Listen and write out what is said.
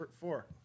four